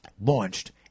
launched